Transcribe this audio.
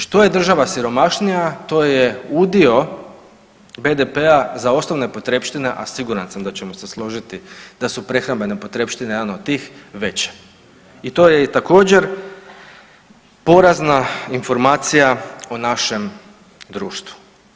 Što je država siromašnija to je udio BDP-a za osnovne potrepštine, a siguran sam da ćemo se složiti da su prehrambene potrepštine jedan od tih veće i to je također porazna informacija o našem društvu.